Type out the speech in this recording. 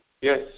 Yes